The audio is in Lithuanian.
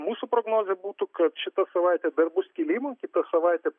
mūsų prognozė būtų kad šita savaitė dar bus kilimo kitą savaitę